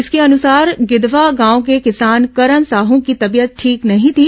इसके अनुसार गिंधवा गांव के किसान करन साह की तबीयत ठीक नहीं थी